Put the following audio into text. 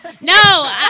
No